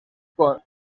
con